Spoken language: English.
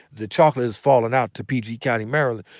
the chocolate has fallen out to peegee county, maryland,